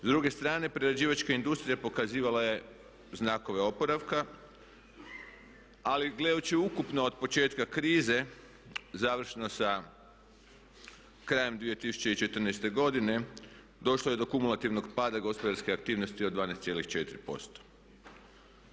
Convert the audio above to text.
S druge strane, prerađivačka industrija pokazivala je znakove oporavka, ali gledajući ukupno od početka krize završno sa krajem 2014. godine došlo je do kumulativnog pada gospodarske aktivnosti od 12,4%